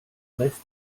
rest